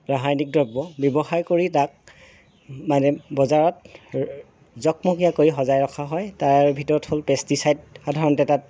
ৰাসায়নিক দ্ৰব্য ব্যৱহাৰ কৰি তাক মানে বজাৰত জকমকীয়া কৰি সজাই ৰখা হয় তাৰ ভিতৰত হ'ল পেষ্টিছাইড সাধাৰণতে তাত